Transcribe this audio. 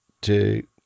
two